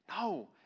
No